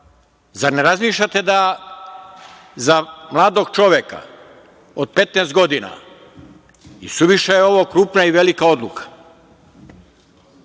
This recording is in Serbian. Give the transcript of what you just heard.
zar ne razmišljate da za mladog čoveka od 15 godina isuviše je ovo krupna i velika odluka?